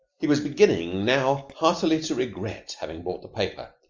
he was beginning now heartily to regret having bought the paper,